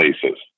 places